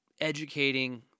educating